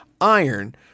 iron